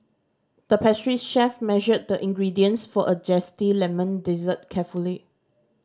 the pastry chef measured the ingredients for a zesty lemon dessert carefully